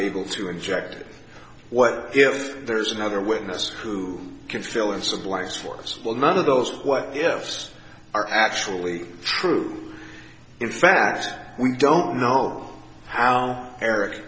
able to inject what if there is another witness who can fill in some blanks for us well none of those what else are actually true in fact we don't know how